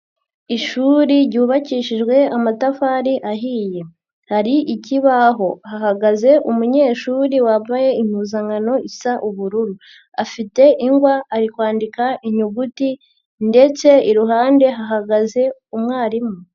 Ishuri ryubakishijwe amatafari ahiye, hari ikibaho, hahagaze umunyeshuri wambaye impuzankano isa ubururu, afite ingwa ari kwandika inyuguti ndetse iruhande hahagaze umwarimu.